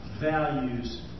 values